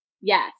Yes